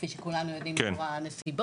כפי שכולנו יודעים לאור הנסיבות.